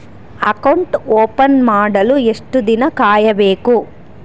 Account open ಮಾಡಲು ಎಷ್ಟು ದಿನ ಕಾಯಬೇಕು?